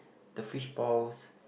the fishballs